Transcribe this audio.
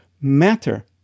matter